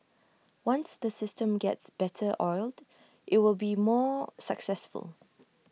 once the system gets better oiled IT will be more successful